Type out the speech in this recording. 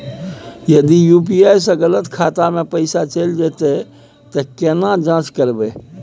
यदि यु.पी.आई स गलत खाता मे पैसा चैल जेतै त केना जाँच करबे?